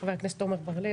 חבר הכנסת עמר בר לב.